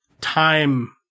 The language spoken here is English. time